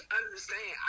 understand